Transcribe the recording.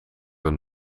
een